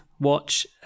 watch